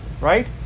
right